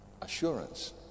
Assurance